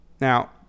Now